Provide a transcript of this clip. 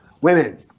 Women